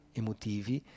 emotivi